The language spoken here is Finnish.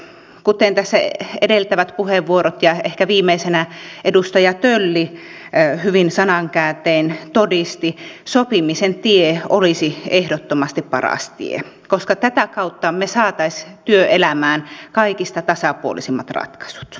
kuten tässä edeltävät puheenvuorot ja ehkä viimeisenä edustaja tölli hyvin sanankääntein todistivat sopimisen tie olisi ehdottomasti paras tie koska tätä kautta me saisimme työelämään kaikista tasapuolisimmat ratkaisut